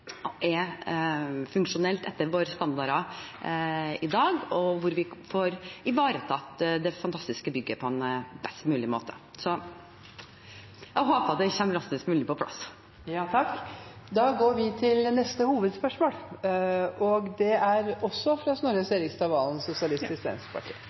er funksjonelt og i henhold til våre standarder i dag, slik at vi får ivaretatt det fantastiske bygget på en best mulig måte. Så jeg håper det kommer så raskt som mulig på plass. Da går vi videre til neste hovedspørsmål. Mitt spørsmål er